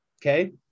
Okay